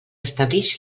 establix